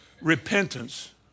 repentance